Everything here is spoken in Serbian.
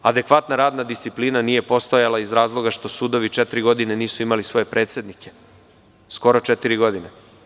Adekvatna radna disciplina nije postojala iz razloga što sudovi četiri godine nisu imali svoje predsednike, skoro četiri godine.